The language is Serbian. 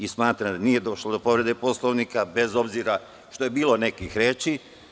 Smatram da nije bilo povrede Poslovnika, bez obzira što je bilo nekih reči.